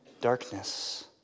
darkness